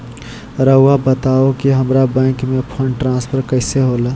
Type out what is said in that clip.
राउआ बताओ कि हामारा बैंक से फंड ट्रांसफर कैसे होला?